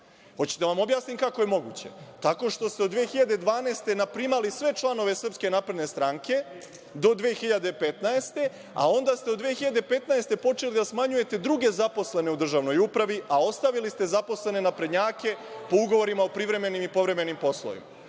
Hoćete da vam objasnim kako je moguće? Tako što ste od 2012. godine naprimali sve članove SNS do 2015. godine, a onda ste u 2015. godine počeli da smanjujete druge zaposlene u državnoj upravi a ostavili zaposlene naprednjake po ugovorima o privremenim i povremenim poslovima.